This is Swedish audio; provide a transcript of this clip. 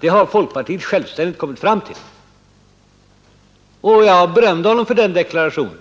Det hade folkpartiet självständigt kommit fram till. Jag berömde honom för den deklarationen,